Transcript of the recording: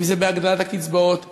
אם בהגדלת הקצבאות לפריפריה,